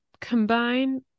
combine